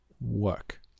work